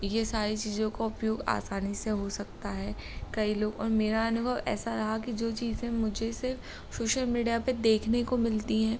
यह सारी चीज़ों का उपयोग आसानी से हो सकता है कई लोग और मेरा अनुभव ऐसा रहा कि जो चीज़ें मुझको सोशल मिडिया पर देखने को मिलती हैं